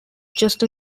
just